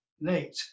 late